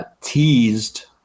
teased